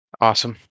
awesome